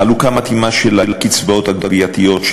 חלוקה מתאימה של הקצבאות הגבייתיות של